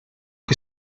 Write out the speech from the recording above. que